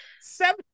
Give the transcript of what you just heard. seven